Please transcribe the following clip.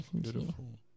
Beautiful